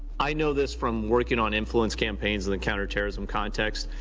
i know this from working on influence campaigns in the counter-terrorism context.